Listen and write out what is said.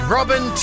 Robin